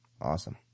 Awesome